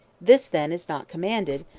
this, then, is not commanded,